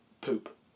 poop